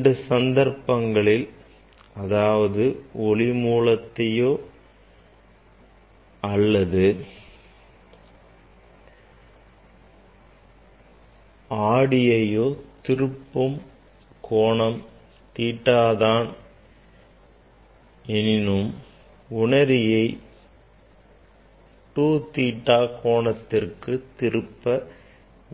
இரண்டு சந்தர்ப்பங்களிலும் அதாவது ஒளிமூலத்தையோ அல்லது ஆடியையோ திருப்பும் கோணம் theta தான் எனினும் உணரியை 2 theta கோணத்திற்கு திருப்ப